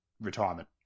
retirement